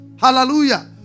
hallelujah